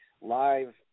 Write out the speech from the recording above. live